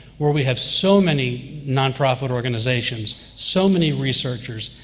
where we have so many nonprofit organizations, so many researchers,